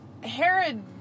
herod